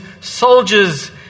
soldiers